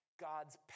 God's